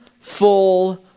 full